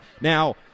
Now